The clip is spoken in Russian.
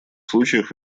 случаях